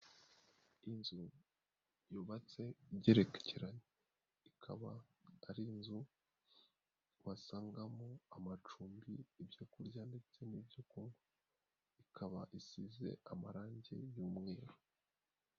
Inzu yubatse igerekeranye, ikaba ari inzu wasangamo amacumbi, ibyokurya ndetse n'ibyokunywa, ikaba isize amarangi y'ibyumweru.